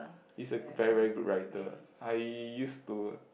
he's a very very good writer I used to